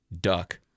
duck